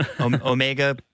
Omega